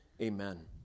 Amen